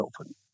open